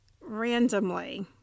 randomly